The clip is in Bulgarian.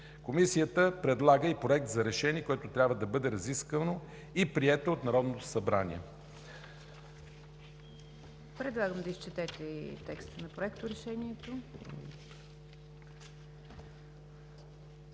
Комисията предлага и Проект за решение, което трябва да бъде разисквано и прието от Народното събрание: